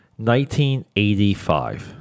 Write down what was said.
1985